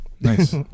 Nice